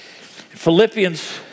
Philippians